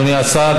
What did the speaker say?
אדוני השר,